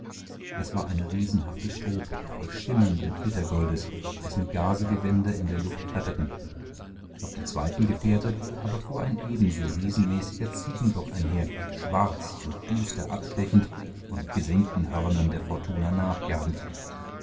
es war eine riesenhafte strohpuppe voll schimmernden flittergoldes deren gazegewänder in der luft flatterten auf dem zweiten gefährte aber fuhr ein ebenso riesenmäßiger ziegenbock einher schwarz und düster abstechend und mit gesenkten hörnern der fortuna nachjagend